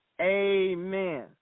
amen